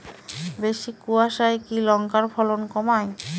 বেশি কোয়াশায় কি লঙ্কার ফলন কমায়?